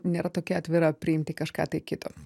nėra tokia atvira priimti kažką tai kito